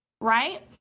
right